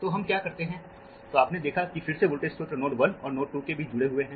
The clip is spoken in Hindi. तो हम क्या करते हैंतो आपने देखा कि फिर से वोल्टेज स्रोत नोड 1 और नोड 2 के बीच जुड़े हुए हैं